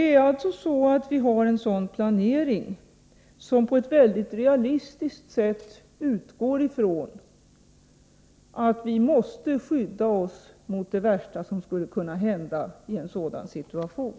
I planeringen utgår vi, på ett mycket realistiskt sätt, från att vi måste skydda oss emot det värsta som skulle kunna hända i en sådan situation.